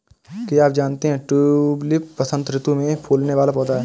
क्या आप जानते है ट्यूलिप वसंत ऋतू में फूलने वाला पौधा है